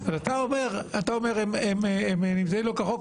אתה אומר שאם הם כאן לא כחוק,